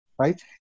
right